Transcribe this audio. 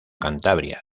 cantabria